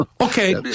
Okay